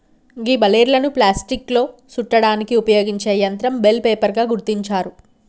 గీ బలేర్లను ప్లాస్టిక్లో సుట్టడానికి ఉపయోగించే యంత్రం బెల్ రేపర్ గా గుర్తించారు